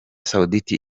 saoudite